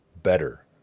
better